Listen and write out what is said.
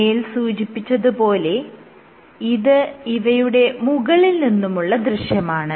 മേൽ സൂചിപ്പിച്ചത് പോലെ ഇത് ഇവയുടെ മുകളിൽ നിന്നുമുള്ള ദൃശ്യമാണ്